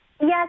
Yes